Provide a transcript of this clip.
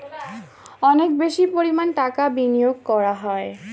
অনেক বেশি পরিমাণ টাকা বিনিয়োগ করা হয়